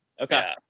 Okay